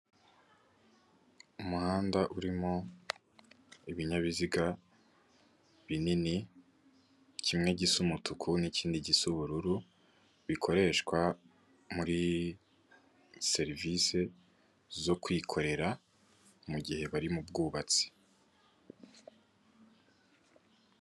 Umuhanda urimo ibinyabiziga binini kimwe gisa umutuku n'ikindi gisa ubururu, bikoreshwa muri serivisi zo kwikorera mugihe bari mu bwubatsi.